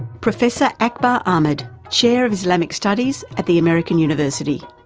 professor akbar ahmed, chair of islamic studies at the american university.